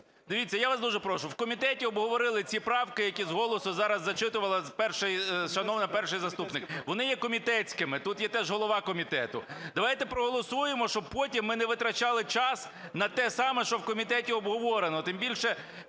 Дивіться, я вас дуже прошу, в комітеті обговорили ці правки, які з голосу зараз зачитувала шановна перший заступник. Вони є комітетськими, тут є теж голова комітету. Давайте проголосуємо, щоб потім ми не витрачали час на те саме, що в комітеті обговорено,